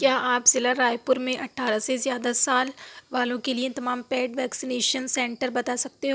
کیا آپ ضلع رائے پور میں اٹھارہ سے زیادہ سال والوں کے لیے تمام پیڈ ویکسینیشن سنٹر بتا سکتے